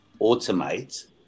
automate